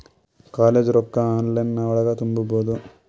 College ರೊಕ್ಕ online ಒಳಗ ತುಂಬುದು?